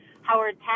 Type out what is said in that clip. Howard